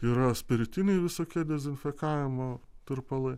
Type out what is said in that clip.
yra spiritiniai visokie dezinfekavimo tirpalai